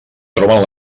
troben